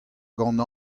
gant